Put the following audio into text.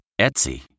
Etsy